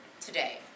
today